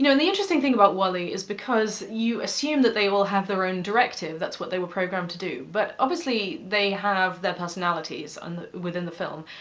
the interesting thing about wall-e is because you assume that they will have their own directive, that's what they were programmed to do. but obviously they have their personalities, and within the film.